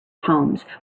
homes